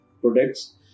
products